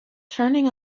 turning